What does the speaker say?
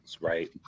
right